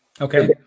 Okay